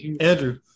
Andrew